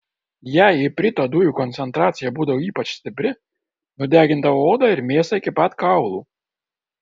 jei iprito dujų koncentracija būdavo ypač stipri nudegindavo odą ir mėsą iki pat kaulų